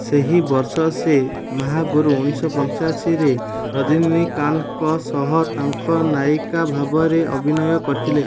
ସେହି ବର୍ଷ ସେ ମହାଗୁରୁ ଉଣେଇଶ ପଞ୍ଚାଅଶୀରେ ରଜନୀକାନ୍ତଙ୍କ ସହ ତାଙ୍କ ନାୟିକା ଭାବରେ ଅଭିନୟ କରିଥିଲେ